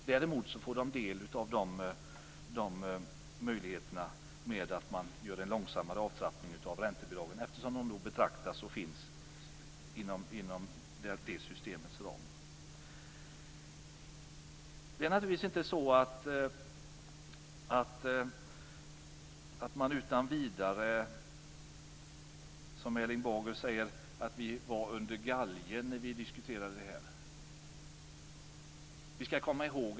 Däremot får de del av de möjligheter som erbjuds i och med en långsammare avtrappning av räntebidragen. De betraktas ju, och finns även, inom det systemets ram. Det är naturligtvis inte så att vi, som Erling Bager sade, var under galgen när det här diskuterades.